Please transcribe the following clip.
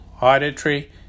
auditory